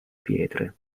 pietre